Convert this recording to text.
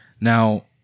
Now